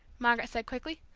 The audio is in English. margaret said quickly.